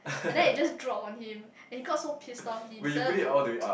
and then it just drop on him and he got so pissed off he decided to